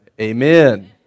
Amen